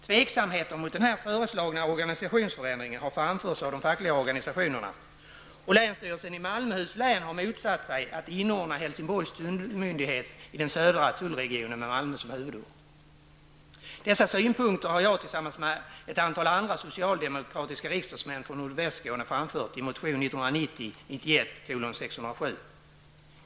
Tveksamheter mot de föreslagna organisationsförändringarna har framförts av de fackliga organisationerna, och länsstyrelsen i Malmöhus län har motsatt sig att inordna Dessa synpunkter har jag tillsammans med ett antal andra socialdemokratiska riksdagsmän från nordvästra Skåne framfört i motion 1990/91:607.